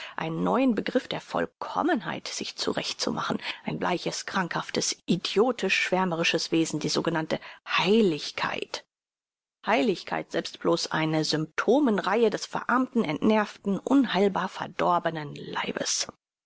einen neuen begriff der vollkommenheit sich zurecht zu machen ein bleiches krankhaftes idiotisch schwärmerisches wesen die sogenannte heiligkeit heiligkeit selbst bloß eine symptomen reihe des verarmten entnervten unheilbar verdorbenen leibes